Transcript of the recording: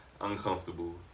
Uncomfortable